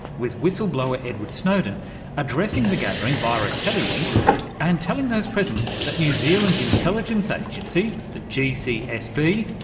with whistle-blower edward snowden addressing the gathering via a telelink and telling those present that new zealand's intelligence agency, the gcsb,